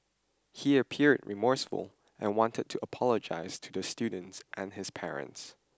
he appeared remorseful and wanted to apologise to the student and his parents